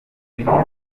nteruro